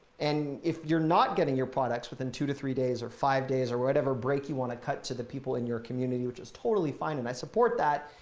and if you're not getting your products within two to three days or five days or whatever break you wanna cut to the people in your community which is totally fine and i support that.